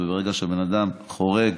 וברגע שבן אדם חורג